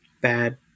bad